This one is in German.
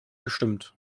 gestimmt